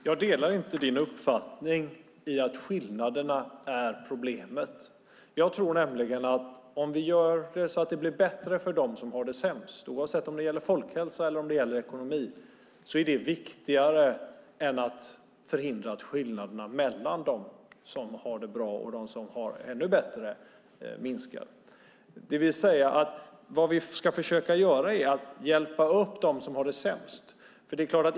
Herr talman! Jag delar inte Gunnar Sandbergs uppfattning att skillnaderna är problemet. Jag tror nämligen att om vi gör så att det blir bättre för dem som har det sämst, oavsett om det gäller folkhälsa eller ekonomi, är det viktigare än att förhindra att skillnaderna ökar mellan dem som har det bra och dem som har det ännu bättre. Vad vi ska försöka göra är att hjälpa upp dem som har det sämst.